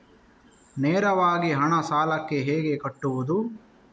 ನೇರವಾಗಿ ಹಣ ಸಾಲಕ್ಕೆ ಹೇಗೆ ಕಟ್ಟುವುದು?